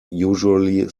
usually